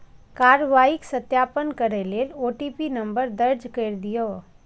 कार्रवाईक सत्यापन करै लेल ओ.टी.पी नंबर दर्ज कैर दियौ